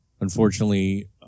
Unfortunately